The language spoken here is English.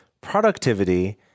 productivity